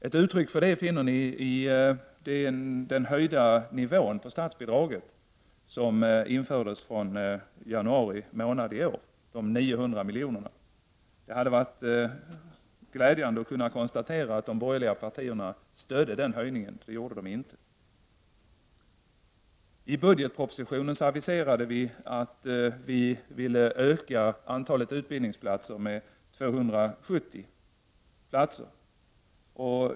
Ett uttryck för det finner ni i den höjning av nivån på statsbidraget som infördes från januari månad i år — de 900 miljonerna. Det hade varit glädjande att kunna konstatera att de borgerliga partierna stödde den höjningen. Det gjorde de inte. I budgetpropositionen aviserade vi att vi ville öka antalet utbildningsplatser med 270.